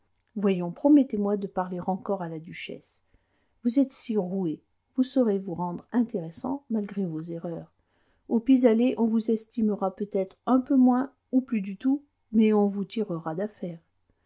voyons promettez-moi de parler encore à la duchesse vous êtes si roué vous saurez vous rendre intéressant malgré vos erreurs au pis-aller on vous estimera peut-être un peu moins ou plus du tout mais on vous tirera d'affaire